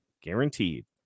guaranteed